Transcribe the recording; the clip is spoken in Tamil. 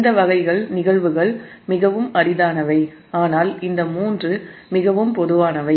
இந்த வகைகள் நிகழ்வுகள் மிகவும் அரிதானவை ஆனால் இந்த மூன்றும் மிகவும் பொதுவானவை